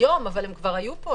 היום, אבל הם כבר היו פה.